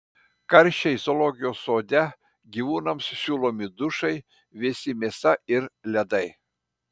karščiai zoologijos sode gyvūnams siūlomi dušai vėsi mėsa ir ledai